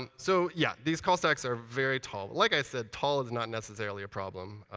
um so yeah. these call stacks are very tall. like i said, tall is not necessarily a problem.